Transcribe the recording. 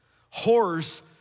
Horrors